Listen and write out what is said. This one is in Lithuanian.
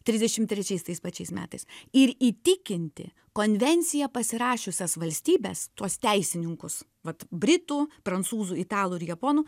trisdešim trečiais tais pačiais metais ir įtikinti konvenciją pasirašiusias valstybes tuos teisininkus vat britų prancūzų italų ir japonų